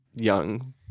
young